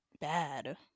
bad